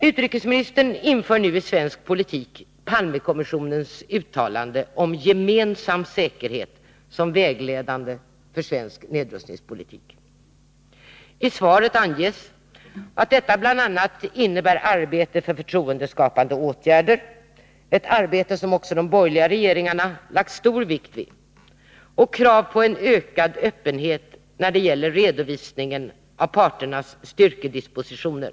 Utrikesministern inför nu i svensk politik Palmekommissionens uttalande om gemensam säkerhet och låter det bli vägledande för svensk nedrustningspolitik. I svaret anges att detta bl.a. innebär arbete för förtroendeskapande åtgärder, ett arbete som också de borgerliga regeringarna lagt stor vikt vid, och krav på en ökad öppenhet när det gäller redovisningen av parternas styrkedispositioner.